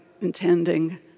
intending